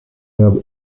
herbe